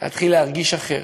להתחיל להרגיש אחרת.